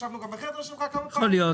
ישבנו גם בחדר שלך כמה פעמים.